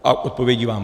A odpovědí vám.